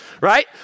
right